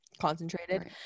concentrated